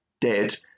dead